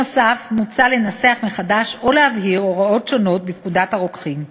נוסף על כך מוצע לנסח מחדש או להבהיר הוראות שונות בפקודת הרוקחים.